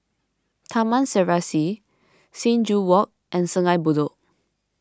Taman Serasi Sing Joo Walk and Sungei Bedok